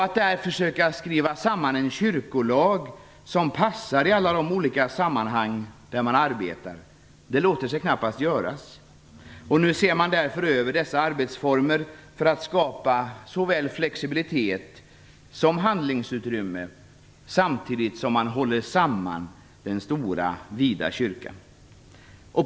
Att där försöka skriva samman en kyrkolag som passar i alla de olika sammanhang där man arbetar låter sig knappast göras. Nu ser man därför över dessa arbetsformer, för att skapa såväl flexibilitet som handlingsutrymme, samtidigt som man håller samman den stora, vida kyrkan.